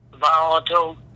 volatile